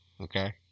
okay